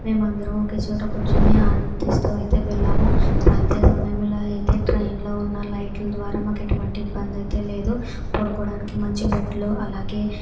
మేము అందరూ అయితే ఒకే చోటే కూర్చోని ఆనందిస్తూ అయితే వెళ్ళాము రాత్రి సమయంలో అయితే ట్రైన్ లో ఉన్న లైట్ల ద్వారా మాకు ఎటువంటి ఇబ్బంది అయితే లేదు పడుకోవడానికి మంచి బెడ్లు అలాగే